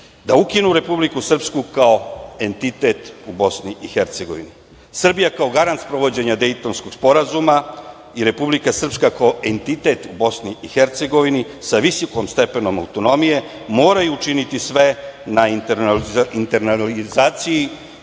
da ukinu Republiku Srpsku kao entitet u Bosni i Hercegovini. Srbija kao garant sprovođenja Dejtonskog sporazuma i Republika Srpska kao entitet u BiH sa visokim stepenom autonomije moraju učiniti sve na internalizaciji